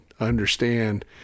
understand